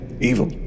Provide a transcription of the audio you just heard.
Evil